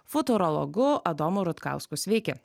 futurologu adomu rutkausku sveiki